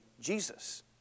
Jesus